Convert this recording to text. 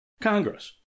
Congress